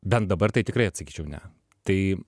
bent dabar tai tikrai atsakyčiau ne tai